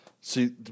See